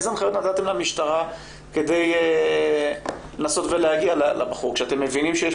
אילו הנחיות נתתם למשטרה כדי לנסות ולהגיע לבחור כשאתם מבינים שיש